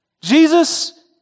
Jesus